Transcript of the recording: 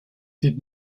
did